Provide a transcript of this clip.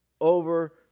over